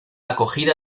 acogida